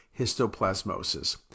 histoplasmosis